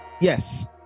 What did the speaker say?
Yes